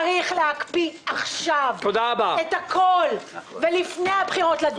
צריך להקפיא עכשיו את הכול ולפני הבחירות לדון.